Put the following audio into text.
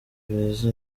beza